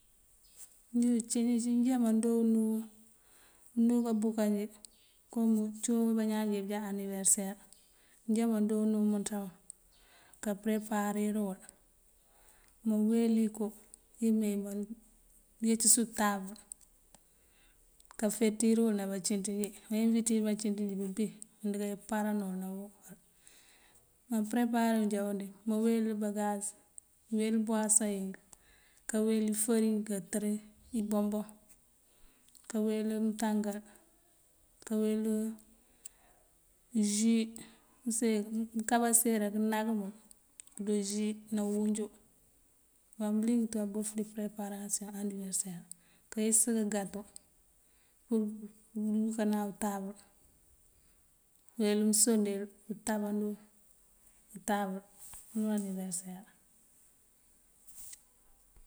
Injí ucí kecí njáa maando unú uwí babukee kom uncíyun wíbañaan jebëjá aniveser. Injá maando unu mëënţawun káa pëëreparir uwul. Maweli iko iyimee maayeecës untabël kaafetir uwul na bancinţíinjí. Meewitir bancintíinji bëbi und keeparánëwul nabukal. Maampëëreparir jáawundi maawel bangaas: uwel bawasoŋ ink, kaweli farín katër katër iboŋboŋ, kaweli mëëntángal, kawel jùu, mëësee, mëënkába seer këënáng mul këdo jùu ná uwúnju. Ngaŋ bëliyën tú abofëndi pëëreparasiyoŋ aniveser. Kayecës kagato pur pëëyukënan untabël. Kawel usondel píintáaban dí untabël unú aniveser.